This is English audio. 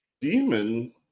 demon